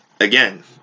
again